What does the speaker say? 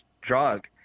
drug